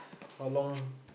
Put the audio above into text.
how long